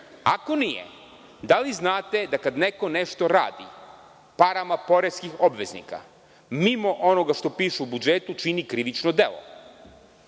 Ako nije, da li znate da kada neko nešto radi parama poreskih obveznika mimo onoga što piše u budžetu, čini krivično delo?